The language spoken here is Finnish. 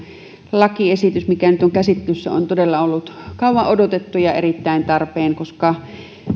lakiesitys mikä nyt on käsittelyssä on todella ollut kauan odotettu ja erittäin tarpeen koska